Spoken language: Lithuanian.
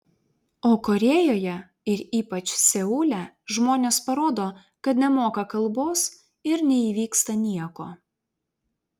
o korėjoje ir ypač seule žmonės parodo kad nemoka kalbos ir neįvyksta nieko